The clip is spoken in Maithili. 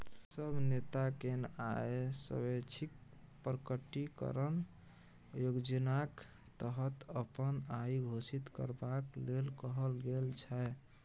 सब नेताकेँ आय स्वैच्छिक प्रकटीकरण योजनाक तहत अपन आइ घोषित करबाक लेल कहल गेल छै